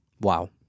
Wow